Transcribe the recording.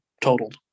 totaled